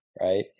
right